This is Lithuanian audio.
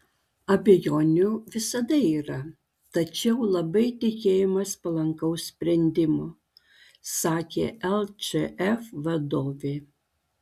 abejonių visada yra tačiau labai tikėjomės palankaus sprendimo sakė lčf vadovė